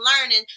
learning